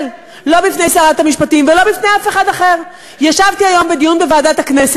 על שקיפות ומחנה אחר נאבק בכל כוחו כדי שלא תהיה